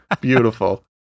Beautiful